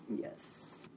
Yes